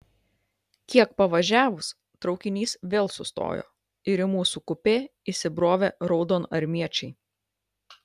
kiek pavažiavus traukinys vėl sustojo ir į mūsų kupė įsibrovė raudonarmiečiai